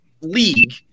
league